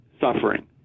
suffering